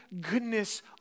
goodness